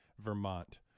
vermont